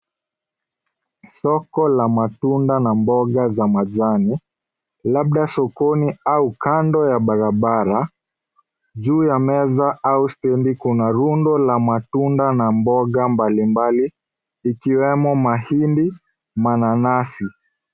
Soko la matunda na mboga za majani labda sokoni au kando ya barabara. Juu ya meza au stendi kuna rundo la matunda na mboga mbalimbali ikiwemo mahindi, mananasi.